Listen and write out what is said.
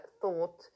thought